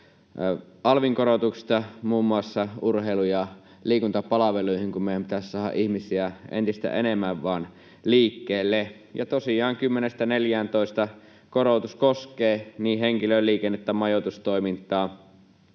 alvin korotuksista muun muassa urheilu- ja liikuntapalveluihin, kun meidän pitäisi saada ihmisiä entistä enemmän vain liikkeelle. Tosiaan korotus 10:stä 14:ään koskee niin henkilöliikennettä, majoitustoimintaa